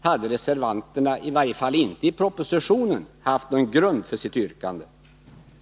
hade reservanterna i varje fall inte i propositionen haft någon grund för sitt yrkande.